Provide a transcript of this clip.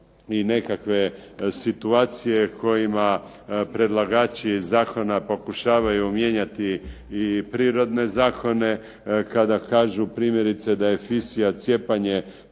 i nekakve situacije kojima predlagači zakona pokušavaju mijenjati i prirodne zakone, kada kažu primjerice da je fisija cijepanje